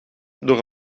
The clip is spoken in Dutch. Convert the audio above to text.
door